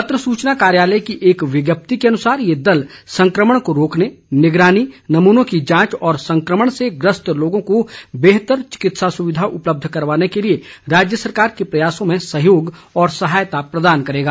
पत्र सूचना कार्यालय की एक विज्ञप्ति के अनुसार ये दल संक्रमण को रोकने निगरानी नमूनों की जांच और संक्रमण से ग्रस्त लोगों को बेहतर चिकित्सा सुविधा उपलब्ध कराने के लिए राज्य सरकार के प्रयासों में सहयोग और सहायता प्रदान करेगा